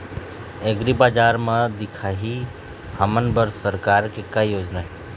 एग्रीबजार म दिखाही हमन बर सरकार के का योजना हे?